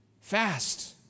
Fast